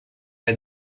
m’a